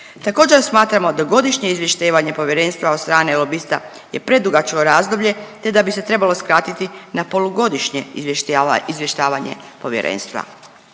Također smatramo da godišnje izvješćivanje povjerenstva od strane lobista je predugačko razdoblje, te da bi se trebalo skratiti na polugodišnje izvještavanje povjerenstva.